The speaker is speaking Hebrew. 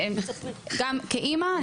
גם כאמא.